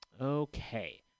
Okay